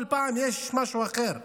כל פעם יש משהו אחר.